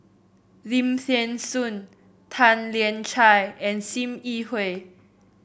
Lim Thean Soo Tan Lian Chye and Sim Yi Hui